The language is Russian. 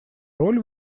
роль